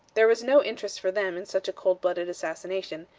there was no interest for them in such a cold-blooded assassination,